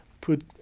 put